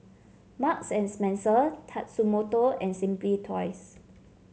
Marks and Spencer Tatsumoto and Simply Toys